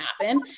happen